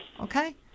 Okay